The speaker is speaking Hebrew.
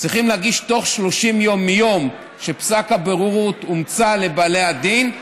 צריך להגיש אותו תוך 30 יום מיום שפסק הבוררות הומצא לבעלי הדין,